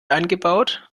eingebaut